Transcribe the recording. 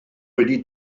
wedi